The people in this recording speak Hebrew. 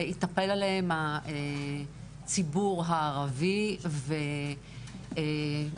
התנפל עליהם הציבור הערבי ופשוט,